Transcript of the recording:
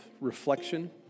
reflection